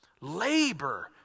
Labor